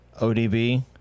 odb